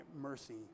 mercy